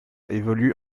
évolue